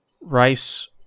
rice